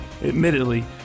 Admittedly